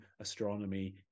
astronomy